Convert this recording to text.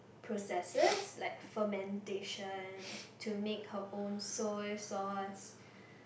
process like fermentation to make her own soy sauce